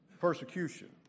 persecution